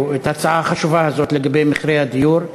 את ההצעה החשובה הזאת לגבי מחירי הדיור.